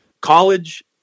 college